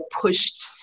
pushed